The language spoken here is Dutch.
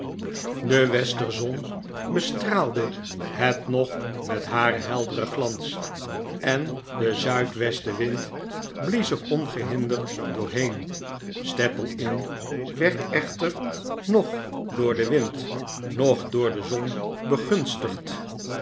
de wester zon bestraalde het nog met haren helderen glans en de zuidwesten wind blies er ongehinderd door heen staple inn werd echter nog door den wind noch door de zon begunstigd